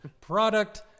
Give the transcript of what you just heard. product